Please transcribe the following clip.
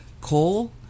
coal